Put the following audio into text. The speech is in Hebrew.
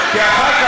תודה רבה.